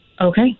Okay